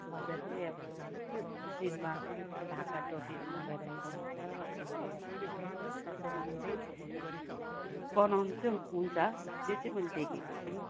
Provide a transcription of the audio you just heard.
मजाले अब शिरमा ढाका टोपीहरू लगाएर हिँड्नु हुन्छ उनीहरूले अब त्यसरी दसैँ मनाउँदै बनाउनु चाहिँ हुन्छ त्यो चाहिँ मैले देखेको छु